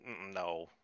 No